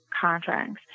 contracts